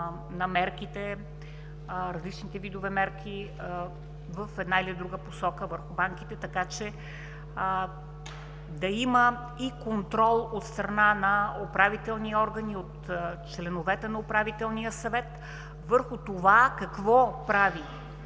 на различните видове мерки в една или друга посока върху банките, така че да има и контрол от страна на управителни органи, от членовете на Управителния съвет, върху това какво прави